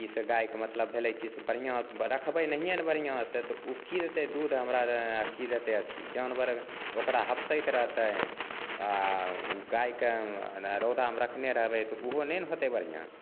कि से गाइके मतलब भेलै कि से बढ़िआँ राखबै नहिए ने बढ़िआँसे तऽ ओ कि देतै दूध हमरा कि देतै अथी जानवर ओकरा हफसैत रहतै आओर गाइके रौदामे राखने रहबै तऽ ओहो नहि ने होतै बढ़िआँ